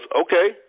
Okay